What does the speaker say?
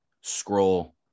scroll